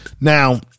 Now